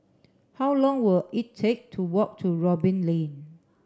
how long will it take to walk to Robin Lane